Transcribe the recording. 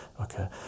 okay